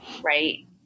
Right